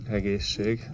egészség